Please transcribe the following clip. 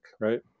right